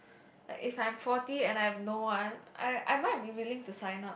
if I am forty and I have no one I I might be willing to sign up